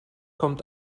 kommt